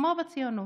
כמו בציונות,